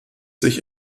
sich